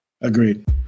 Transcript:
Agreed